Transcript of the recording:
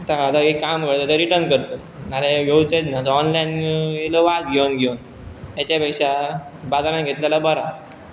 आतां काय एक काम करत तें रिटर्न करत नाजाल्यार येवचेंच नात ऑनलायन इयलो वाज घेवन घेवन हेच्या पेक्षा बाजारान घेतलेलां बरां